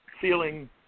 feeling